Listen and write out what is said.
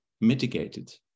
mitigated